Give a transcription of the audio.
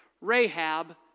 Rahab